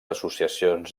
associacions